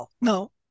no